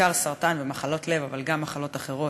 בעיקר סרטן ומחלות לב, אבל גם מחלות אחרות,